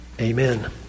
Amen